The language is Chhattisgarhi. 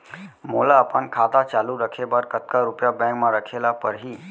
मोला अपन खाता चालू रखे बर कतका रुपिया बैंक म रखे ला परही?